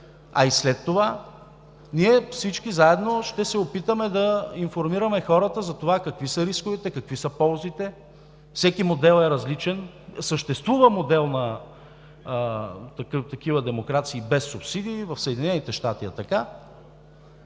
а и след това, ние всички заедно ще се опитаме да информираме хората затова какви са рисковете, какви са ползите – всеки модел е различен. Съществува модел на такива демокрации без субсидии – в Съединените щати е така.